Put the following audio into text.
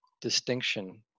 distinction